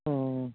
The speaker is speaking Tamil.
ம்